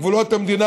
גבולות המדינה,